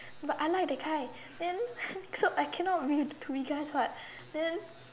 but I like the guy then I cannot re~ regress what then